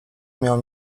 miało